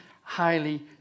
highly